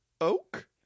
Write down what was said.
Oak